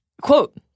Quote